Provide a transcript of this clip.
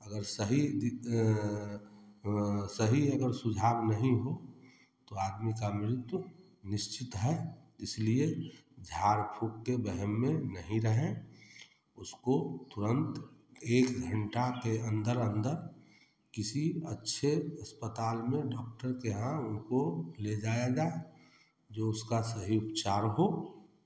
अगर सही सही अगर सुझाव नहीं हो तो आदमी का मृत्यु निश्चित है इसलिए झाड़ फूँक के वहम में नहीं रहें उसको तुरंत एक घंटा के अंदर अंदर किसी अच्छे अस्पताल में डॉक्टर के यहाँ उनको ले जाया जाए जो उसका सही उपचार हो